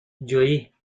جویی